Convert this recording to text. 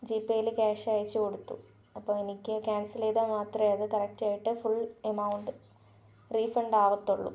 G പെയിൽ cash അയച്ചു കൊടുത്ത് അപ്പോൾ എനിക്ക് ക്യാൻസൽ ചെയ്താൽ മാത്രമേ കറക്റ്റായിട്ട് ഫുൾ എമൗണ്ട് റീഫണ്ട് ആകത്തുള്ളൂ